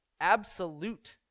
absolute